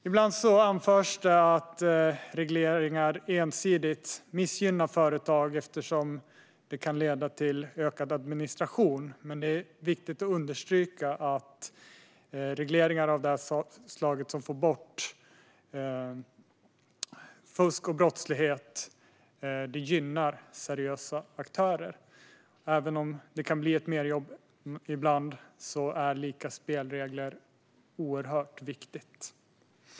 Ibland anförs att regleringar ensidigt missgynnar företag, eftersom de kan leda till ökad administration, men det är viktigt att understryka att regleringar som får bort fusk och brottslighet gynnar seriösa aktörer. Även om det kan bli merjobb ibland är lika spelregler oerhört viktiga.